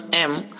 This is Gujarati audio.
વિદ્યાર્થી